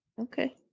Okay